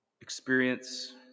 experience